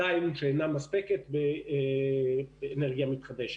שאינה מספקת, באנרגיה מתחדשת.